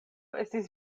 estis